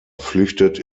flüchtet